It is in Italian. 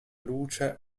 luce